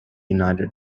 united